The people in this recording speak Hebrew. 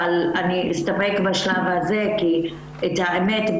אבל אני אסתפק בשלב הזה כי את האמת,